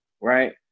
Right